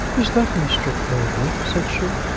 is that mr. clavering? said she.